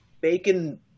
bacon